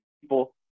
people